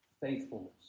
faithfulness